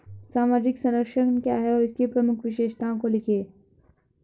सामाजिक संरक्षण क्या है और इसकी प्रमुख विशेषताओं को लिखिए?